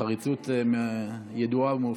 חריצות ידועה ומאפיינת.